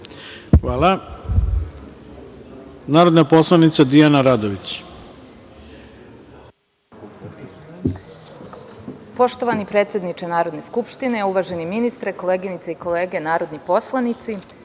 ima narodna poslanica Dijana Radović.